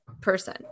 person